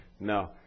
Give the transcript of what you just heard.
No